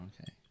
Okay